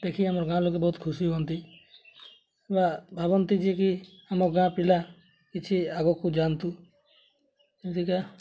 ଦେଖି ଆମର ଗାଁ ଲୋକେ ବହୁତ ଖୁସି ହୁଅନ୍ତି ବା ଭାବନ୍ତି ଯେ କି ଆମ ଗାଁ ପିଲା କିଛି ଆଗକୁ ଯାଆନ୍ତୁ ଏମିତିକା